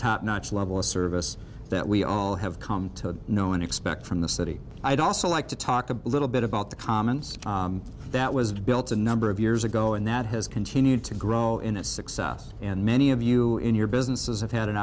top notch level of service that we all have come to know and expect from the city i'd also like to talk a little bit about the comments that was built a number of years ago and that has continued to grow in its success and many of you in your businesses have had an